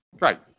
Right